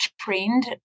Trained